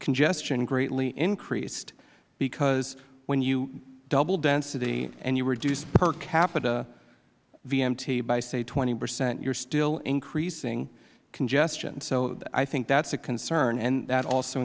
congestion greatly increased because when you double density and you reduce per capita vmt by say twenty percent you are still increasing congestion so i think that is a concern and that also